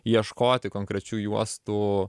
ieškoti konkrečių juostų